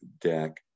deck